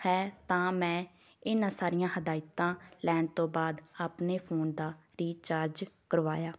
ਹੈ ਤਾਂ ਮੈਂ ਇਨ੍ਹਾਂ ਸਾਰੀਆਂ ਹਦਾਇਤਾਂ ਲੈਣ ਤੋਂ ਬਾਅਦ ਆਪਣੇ ਫੋਨ ਦਾ ਰੀਚਾਰਜ ਕਰਵਾਇਆ